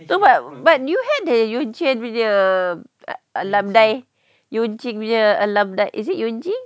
no but but you had that yuan ching punya alumni yuan ching punya alumni is it yuan ching